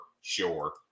sure